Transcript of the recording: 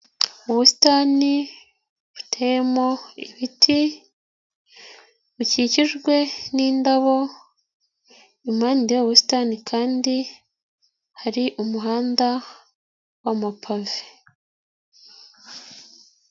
Ubusitani temo ibiti bikikijwe n'inindabo, impande y'ubwo busitani kandi hari umuhanda wa mapave.